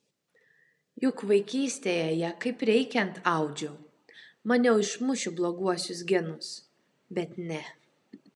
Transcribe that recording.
juk vaikystėje ją kaip reikiant audžiau maniau išmušiu bloguosius genus bet ne